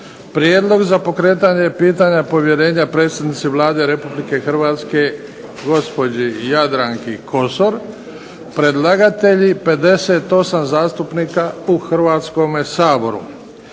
Prijedlog za pokretanje pitanja povjerenja predsjednici Vlade Republike Hrvatske Jadranki Kosor Predlagatelji: 58 zastupnika u Hrvatskome saboru.